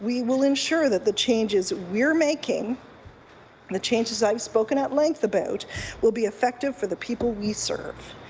we will ensure that the changes we're making and the changes i have spoken at length about will be effective for the people we serve.